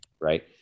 right